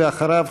ואחריו,